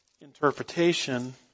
interpretation